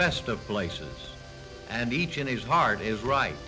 best of places and each in his heart is right